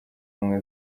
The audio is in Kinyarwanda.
ubumwe